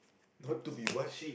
got to be what